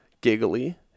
giggly